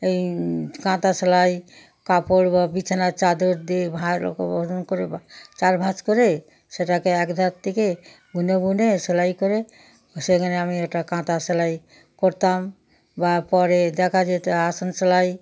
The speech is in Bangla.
এই কাঁথা সেলাই কাপড় বা বিছানার চাদর দিয়ে ভালো করে চার ভাঁজ করে সেটাকে একধার থেকে গুনে গুনে সেলাই করে সেখানে আমি ওটা কাঁথা সেলাই করতাম বা পরে দেখা যেত আসন সেলাই